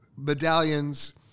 medallions